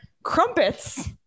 crumpets